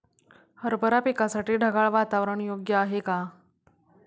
हरभरा पिकासाठी ढगाळ वातावरण योग्य आहे का?